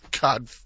God